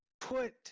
put